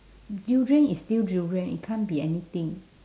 durian is still durian it can't be anything